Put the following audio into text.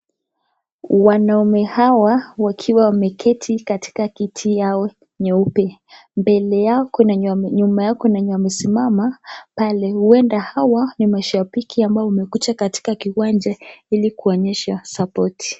Wanaume hawa wakiwa wameketi katika kiti yao nyeupe. Nyuma yao kuna wenye wamesimama pale huenda hawa ni mashabiki waliokuja katika uwanja ili kuonyesha support .